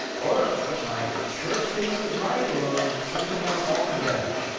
or what my church thinks is right or something else altogether?